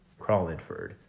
Crawlinford